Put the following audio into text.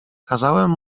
kazałem